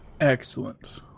Excellent